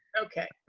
okay.